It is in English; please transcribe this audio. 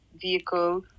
vehicle